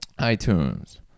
itunes